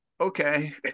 okay